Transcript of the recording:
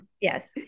yes